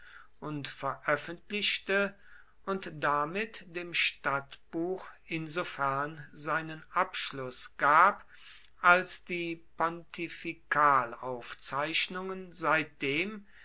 und veröffentlichte und damit dem stadtbuch insofern seinen abschluß gab als die pontifikalaufzeichnungen seitdem